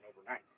overnight